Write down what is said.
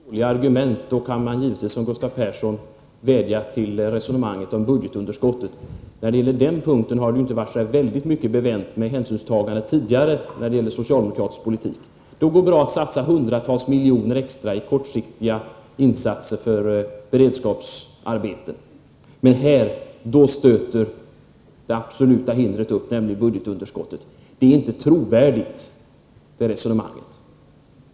Fru talman! Har man dåliga argument kan man givetvis som Gustav Persson vädja till resonemanget om budgetunderskottet. På den punkten har det ju inte varit så väldigt mycket bevänt med hänsynstagandena tidigare i socialdemokratisk politik. Då går det bra att satsa hundratals miljoner kronor extra i kortsiktiga insatser för beredskapsarbeten, men här stöter vi på det absoluta hindret, nämligen budgetunderskottet. Det resonemanget är inte trovärdigt.